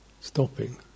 stopping